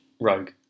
Rogue